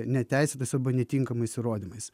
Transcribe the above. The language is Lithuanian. neteisėtais arba netinkamais įrodymais